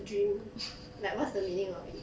dream like what's the meaning of it